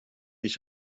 ich